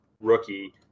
rookie